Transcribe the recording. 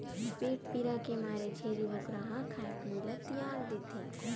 पेट पीरा के मारे छेरी बोकरा ह खाए पिए ल तियाग देथे